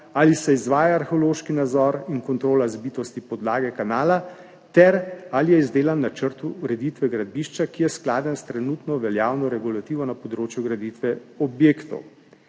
ali se izvaja arheološki nadzor in kontrola zbitosti podlage kanala ter ali je izdelan načrt ureditve gradbišča, ki je skladen s trenutno veljavno regulativo na področju graditve objektov.